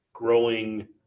growing